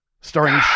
starring